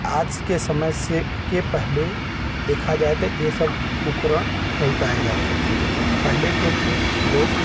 आज के समय से के पहले देखा जाए तो यह सब उपकरण नहीं पाए जाते थे पहले के लोग